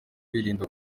kwirinda